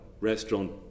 restaurant